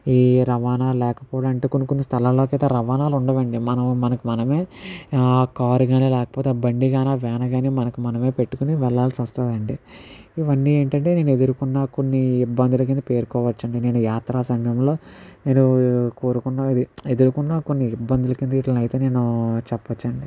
ఈ రవాణా లేకపోవడం అంటే కొన్ని కొన్ని స్థలాల్లో అయితే రవాణాలు ఉండవండి మనము మనకు మనమే ఆ కారు కాని లేకపోతే ఆ బండి కానీ ఆ వ్యాన్ కాని మనకు మనమే పెట్టుకుని వెళ్లాల్సి వస్తుంది అండి ఇవన్నీ ఏంటంటే నేను ఎదుర్కొన్న కొన్ని ఇబ్బందులు కింద పేర్కోన వచ్చండి నేను యాత్ర సమయంలో మీరు కోరుకున్న ఎదుర్కొన్న కొన్ని ఇబ్బందుల కింద వీటిని అయితే నేను చెప్పచండి